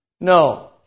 No